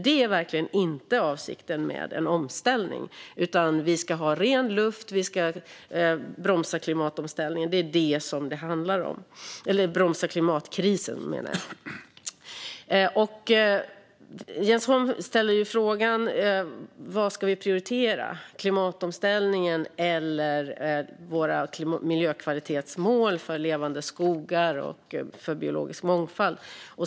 Det är verkligen inte avsikten med omställningen, utan det handlar om att vi ska ha ren luft och bromsa klimatkrisen. Jens Holm ställde frågan vad vi ska prioritera - klimatomställningen eller våra miljökvalitetsmål för levande skogar och för biologisk mångfald.